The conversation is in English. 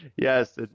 Yes